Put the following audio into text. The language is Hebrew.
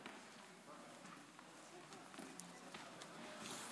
יברך ראש הממשלה חבר הכנסת נפתלי בנט, בבקשה.